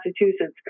Massachusetts